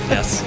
Yes